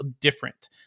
different